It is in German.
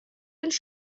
und